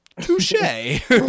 Touche